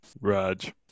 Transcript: Raj